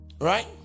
Right